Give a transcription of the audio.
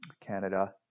Canada